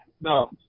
no